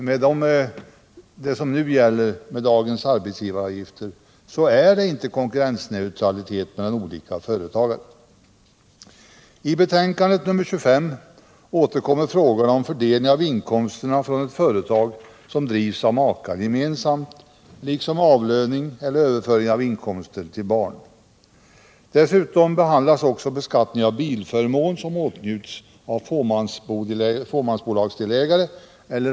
Med dagens arbetsgivaravgifter föreligger inte konkurrensneutralitet mellan olika företagare. De här frågorna kan egentligen delas upp i två avsnitt.